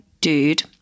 Dude